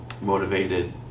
motivated